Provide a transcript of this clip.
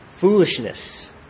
foolishness